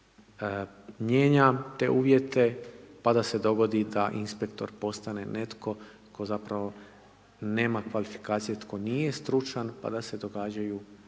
mijenja te uvjete, pa da se dogodi da inspektor postane netko tko zapravo nema kvalifikacije, tko nije stručan, pa da se događaju pogreške